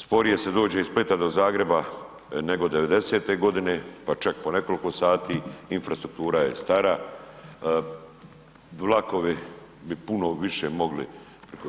Sporije se dođe od Splita do Zagreba nego devedesete godine pa čak po nekoliko sati, infrastruktura je stara, vlakovi bi puno više mogli